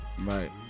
Right